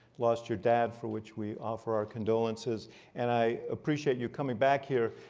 lost your dad for which we offer our condolences and i appreciate you coming back here.